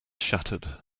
shattered